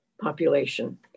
population